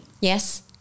Yes